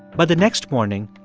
by the next morning,